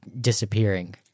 disappearing